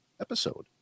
episode